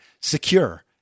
secure